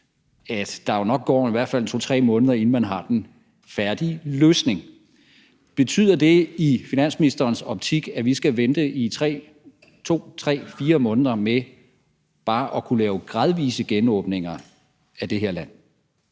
at der jo nok går i hvert fald en 2-3 måneder, inden man har den færdige løsning. Betyder det i ministerens optik, at vi skal vente i 2, 3, 4 måneder med at kunne lave bare gradvise genåbninger af det her land?